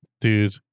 Dude